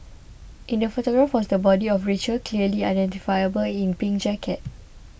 in the photograph was the body of Rachel clearly identifiable in pink jacket